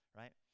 right